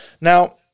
Now